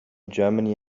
germany